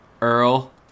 Earl